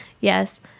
yes